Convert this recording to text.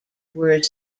were